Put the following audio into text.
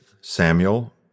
Samuel